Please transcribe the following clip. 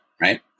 right